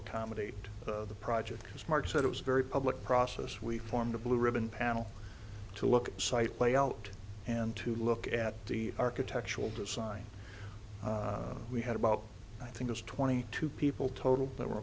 accommodate the project as mark said it was a very public process we formed a blue ribbon panel to look site layout and to look at the architectural design we had about i think it's twenty two people total that were